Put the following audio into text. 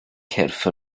cyrff